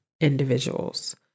individuals